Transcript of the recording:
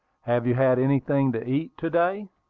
have you had anything to eat to-day?